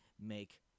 make